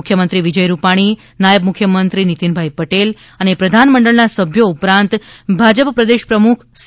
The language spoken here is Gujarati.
મુખ્યમંત્રી વિજય રૂપાણી નાયબ મુખ્યમંત્રી નિતિનભાઈ પટેલ અને પ્રધાનમંડળના સભ્યો ઉપરાંત ભાજપ પ્રદેશ પ્રમુખ સી